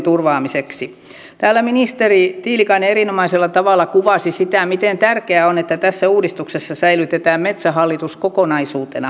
täällä ministeri tiilikainen erinomaisella tavalla kuvasi sitä miten tärkeää on että tässä uudistuksessa säilytetään metsähallitus kokonaisuutena